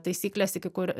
taisyklės iki kur